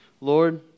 Lord